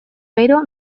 gero